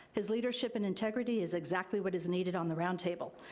his leadership and integrity is exactly what is needed on the roundtable.